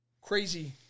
crazy